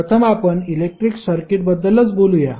प्रथम आपण इलेक्ट्रिक सर्किटबद्दलच बोलूया